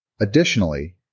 Additionally